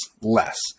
less